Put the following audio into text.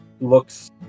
looks